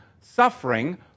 suffering